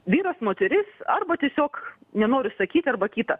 vyras moteris arba tiesiog nenoriu sakyt arba kita